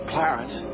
Clarence